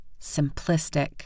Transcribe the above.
simplistic